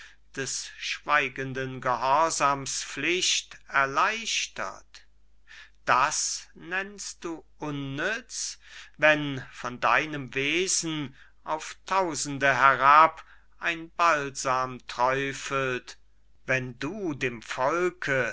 des schweigenden gehorsams pflicht erleichtert das nennst du unnütz wenn von deinem wesen auf tausende herab ein balsam träufelt wenn du dem volke